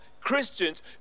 Christians